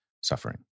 suffering